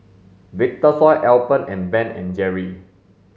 Vitasoy Alpen and Ben and Jerry's